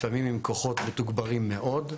לפעמים עם כוחות מתוגברים מאוד,